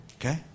Okay